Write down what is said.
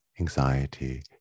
anxiety